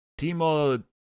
Timo